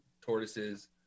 tortoises